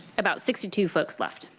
about sixty two folks left.